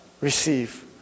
receive